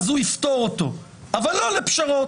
אז הוא יפתור אותו אבל לא לפשרות.